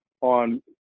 on